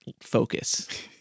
focus